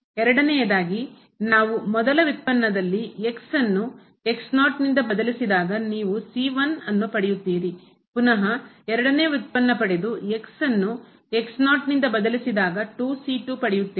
ಎರಡನೆಯದಾಗಿ ನಾವು ಮೊದಲ ವ್ಯುತ್ಪನ್ನದಲ್ಲಿ ಅನ್ನು ನಿಂದ ಬದಲಿಸಿದಾಗ ನೀವು ಅನ್ನು ಪಡೆಯುತ್ತೀರಿ ಪುನಹ ಎರಡನೇ ವ್ಯುತ್ಪನ್ನ ಪಡೆದು ಅನ್ನು ನಿಂದ ಬದಲಿಸಿದಾಗ 2ಪಡೆಯುತ್ತೇವೆ